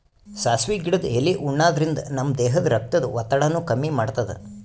ಸಾಸ್ವಿ ಗಿಡದ್ ಎಲಿ ಉಣಾದ್ರಿನ್ದ ನಮ್ ದೇಹದ್ದ್ ರಕ್ತದ್ ಒತ್ತಡಾನು ಕಮ್ಮಿ ಮಾಡ್ತದ್